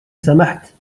سمحت